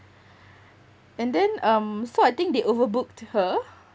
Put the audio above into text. and then um so I think they overbooked her